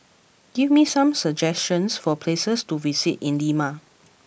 give me some suggestions for places to visit in Lima